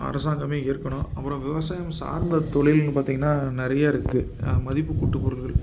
அரசாங்கமே ஏற்கணும் அப்பறம் விவசாயம் சார்ந்த தொழில்ன்னு பார்த்தீங்கனா நிறைய இருக்குது மதிப்புக்கூட்டு பொருள்கள்